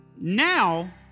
Now